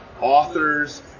authors